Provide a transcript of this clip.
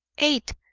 eight!